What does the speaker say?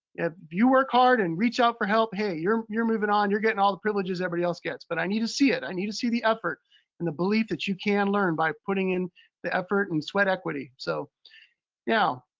if you work hard and reach out for help, hey, you're you're moving on, you're getting all the privileges everybody else gets. but i need to see it. i need to see the effort and the belief that you can learn by putting in the effort and sweat equity. so now,